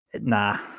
nah